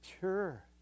Sure